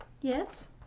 yes